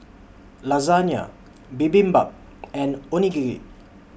Lasagna Bibimbap and Onigiri